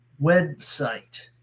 website